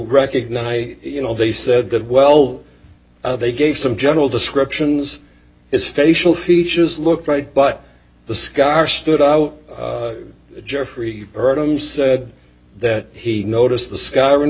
recognize you know they said good well they gave some general descriptions his facial features looked right but the scar stood out jeffrey erdem said that he noticed the scar in